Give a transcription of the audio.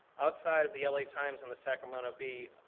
outside of the la times, on the sacramento bee,